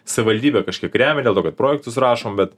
savivaldybė kažkiek remia dėl to kad projektus rašom bet